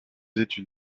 études